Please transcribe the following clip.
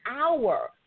hour